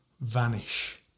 vanish